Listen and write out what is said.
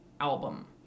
album